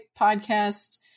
podcast